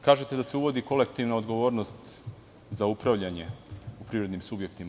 Kažete da se uvodi kolektivna odgovornost za upravljanje u privrednim subjektima.